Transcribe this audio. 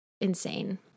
insane